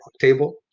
table